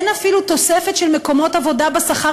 אין אפילו תוספת של מקומות עבודה בשכר